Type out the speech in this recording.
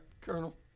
Colonel